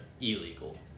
illegal